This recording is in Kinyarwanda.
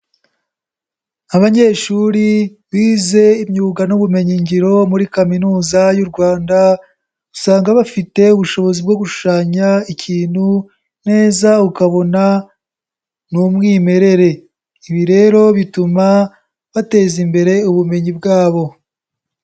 Abanyeshuri bize imyuga n'ubumenyingiro muri Kaminuza y'u Rwanda, usanga bafite ubushobozi bwo gushushanya ikintu neza ukabona ni umwimerere, ibi rero bituma bateza imbere ubumenyi bwabo.